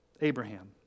Abraham